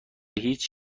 هیچ